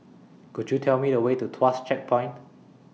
Could YOU Tell Me The Way to Tuas Checkpoint